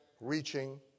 reaching